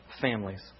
families